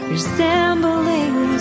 Resembling